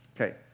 okay